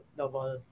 double